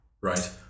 Right